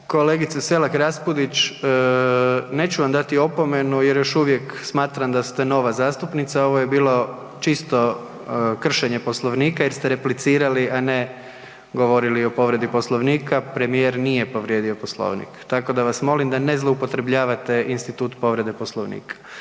Kolegice Selak Rapudić, neću vam dati opomenu jer još uvijek smatram da ste nova zastupnica, ovo je bilo čisto kršenje Poslovnika jer ste replicirali, a ne govorili o povredi Poslovnika, premijer nije povrijedio Poslovnik. Tako da vas molim da ne zloupotrebljavate institut povrede Poslovnika.